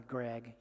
Greg